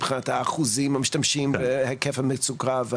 מבחינת אחוז המשתמשים והיקף המצוקה.